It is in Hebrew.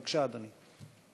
בבקשה, אדוני.